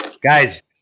Guys